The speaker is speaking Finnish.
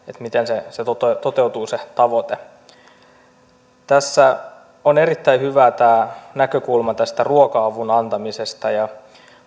miten se tavoite toteutuu tässä on erittäin hyvä tämä näkökulma ruoka avun antamisesta ja